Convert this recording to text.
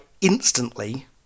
instantly